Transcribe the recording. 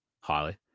highly